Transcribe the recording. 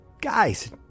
Guys